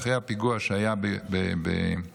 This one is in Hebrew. אחרי הפיגוע שהיה בעלי,